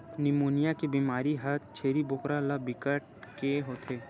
pneumonia के बेमारी ह छेरी बोकरा ल बिकट के होथे